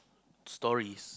stories